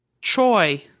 Troy